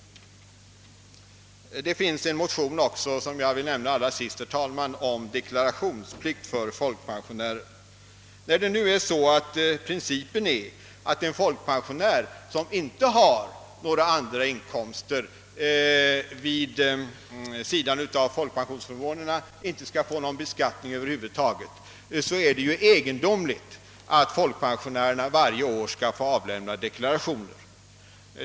Det finns också en motion om deklarationsplikt för folkpensionärer. När principen nu är den att en folkpensionär som inte har några andra inkomster vid sidan om folkpensionsförmånerna inte skall beskattas, är det egendomligt att en sådan folkpensionär varje år måste avlämna deklaration.